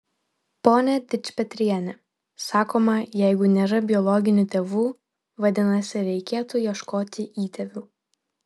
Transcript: pone dičpetriene sakoma jeigu nėra biologinių tėvų vadinasi reikėtų ieškoti įtėvių